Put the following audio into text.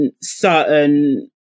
certain